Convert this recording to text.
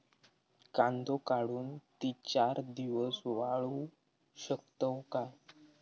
कांदो काढुन ती चार दिवस वाळऊ शकतव काय?